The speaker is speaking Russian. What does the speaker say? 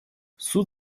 суд